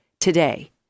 today